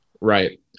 Right